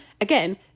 Again